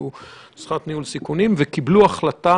קיבלו החלטה